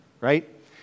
right